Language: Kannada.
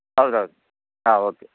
ಹೌದೌದು ಹಾಂ ಓಕೆ